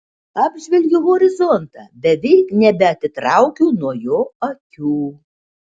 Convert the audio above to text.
apžvelgiu horizontą beveik nebeatitraukiu nuo jo akių